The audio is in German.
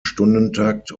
stundentakt